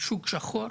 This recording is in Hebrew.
שוק שחור,